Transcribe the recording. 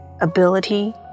ability